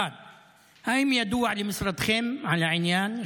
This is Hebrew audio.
1. האם ידוע למשרדכם על העניין?